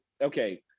okay